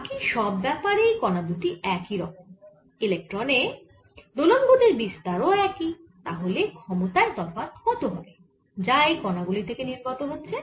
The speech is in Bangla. বাকি সব ব্যাপারেই কণা দুটি একই রকম ইলেক্ট্রনে দোলন গতির বিস্তার ও একই তাহলে ক্ষমতায় তফাৎ কত হবে যা এই কণা গুলি থেকে নির্গত হচ্ছে